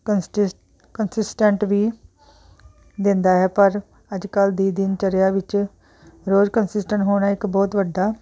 ਕੰਨਸਟਿ consistent ਵੀ ਦਿੰਦਾ ਹੈ ਪਰ ਅੱਜ ਕਲ੍ਹ ਦੀ ਦਿਨ ਚਰਿਆ ਵਿੱਚ ਰੋਜ਼ ਕੰਨਸਿਸਟੈਂਟ ਹੋਣਾ ਇੱਕ ਬਹੁਤ ਵੱਡਾ